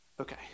Okay